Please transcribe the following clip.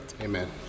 amen